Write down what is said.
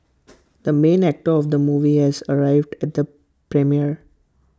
the main actor of the movie has arrived at the premiere